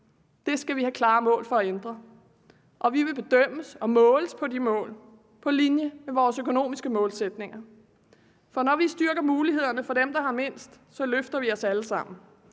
Det skal vi have klare mål for at ændre, og vi vil bedømmes og måles på de mål på linje med vores økonomiske målsætninger. For når vi styrker mulighederne for dem, der har mindst, så løfter vi os alle sammen.